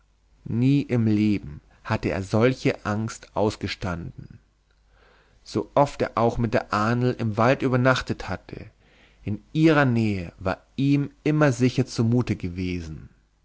nie im leben hatte er solche angst ausgestanden sooft er auch mit der ahnl im wald übernachtet hatte in ihrer nähe war ihm immer sicher zumute gewesen